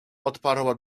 odparła